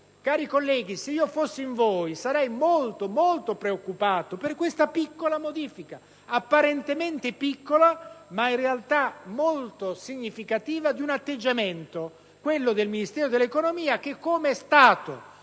Cari colleghi, se io fosse in voi, sarei molto preoccupato per questa piccola modifica, apparentemente piccola ma, in realtà, molto significativa di un atteggiamento, quello del Ministero dell'economia che, come è stato